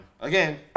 again